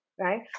Right